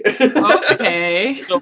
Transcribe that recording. Okay